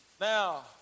Now